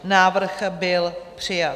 Návrh byl přijat.